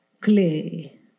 Clay